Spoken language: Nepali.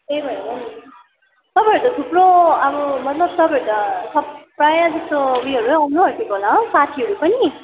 त्यही भएर हो तपाईँहरू त थुप्रो अब मतलब तपाईँ त सब प्रायः जस्तो उयोहरू आउनु आँटेको होला हो साथीहरू पनि